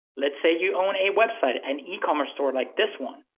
let's say you own a website, an ecommerce store like this one.